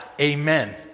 amen